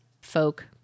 folk